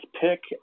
pick